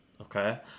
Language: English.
okay